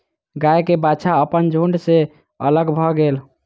गाय के बाछा अपन झुण्ड सॅ अलग भअ गेल